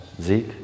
Zeke